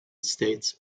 states